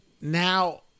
now